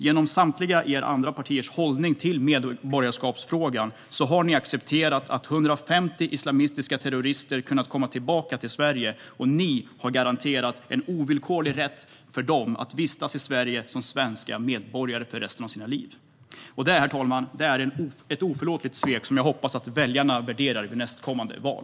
Genom samtliga andra partiers hållning till medborgarskapsfrågan har ni accepterat att 150 islamistiska terrorister har kunnat komma tillbaka till Sverige. Ni har garanterat dessa terrorister en ovillkorlig rätt att vistas i Sverige som svenska medborgare för resten av sina liv. Detta, herr talman, är ett oförlåtligt svek som jag hoppas att väljarna värderar vid nästkommande val.